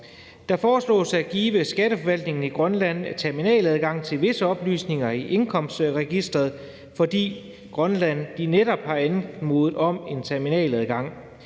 Det foreslås at give skatteforvaltningen i Grønland terminaladgang til visse oplysninger i indkomstregistret, fordi Grønland netop har anmodet om en terminaladgang.